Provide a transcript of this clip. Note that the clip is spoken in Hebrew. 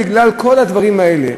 בגלל כל הדברים האלה,